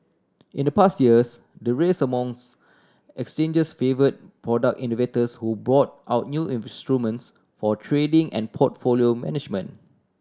in the past years the race amongst exchanges favour product innovators who brought out new instruments for trading and portfolio management